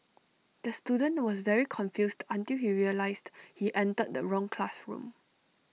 the student was very confused until he realised he entered the wrong classroom